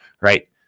right